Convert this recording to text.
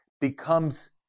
becomes